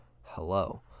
hello